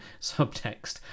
subtext